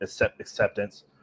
acceptance